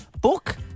book